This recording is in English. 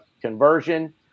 conversion